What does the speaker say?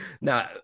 Now